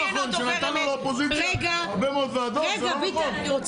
שנתנו לאופוזיציה הרבה מאוד ועדות זה לא נכון?